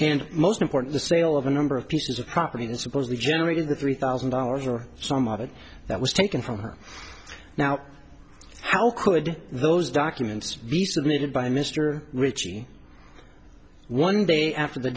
and most important the sale of a number of pieces of property to suppose the generated the three thousand dollars or some of it that was taken from her now how could those documents be submitted by mr ritchie one day after the